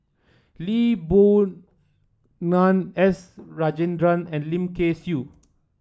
Lee Boon Ngan S Rajendran and Lim Kay Siu